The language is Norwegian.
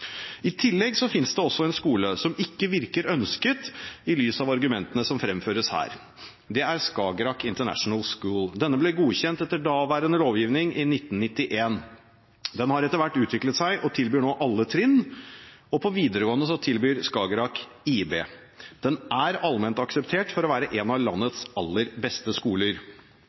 I tillegg finnes det en skole som ikke virker ønsket i lys av argumentene som fremføres her. Det er Skagerak International School. Denne ble godkjent etter daværende lovgivning i 1991. Den har etter hvert utviklet seg og tilbyr nå alle trinn. På videregående tilbyr Skagerak IB. Den er allment akseptert som en av